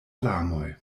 larmoj